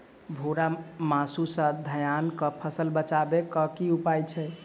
भूरा माहू सँ धान कऽ फसल बचाबै कऽ की उपाय छै?